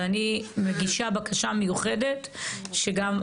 אבל אני מגישה בקשה מיוחדת שגם,